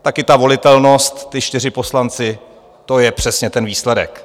Taky ta volitelnost, ti čtyři poslanci, to je přesně ten výsledek.